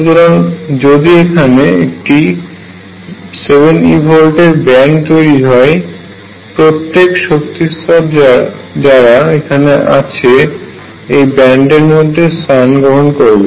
সুতরাং যদি এখানে একটি 7 eV এর ব্যান্ড তৈরি হয় প্রত্যেক শক্তিস্তর যারা এখানে আছে এই ব্যান্ডের মধ্যে স্থান গ্রহন করবে